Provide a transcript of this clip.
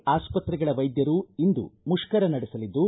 ಬಾಸಗಿ ಆಸ್ಪತ್ರೆಗಳ ವೈದ್ಯರು ಇಂದು ಮುಷ್ಕರ ನಡೆಸಲಿದ್ದು